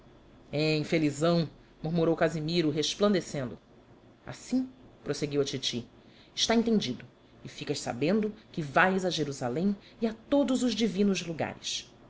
hem felizão murmurou casimiro resplandecendo assim prosseguiu a titi está entendido e ficas sabendo que vais a jerusalém e a todos os divinos lugares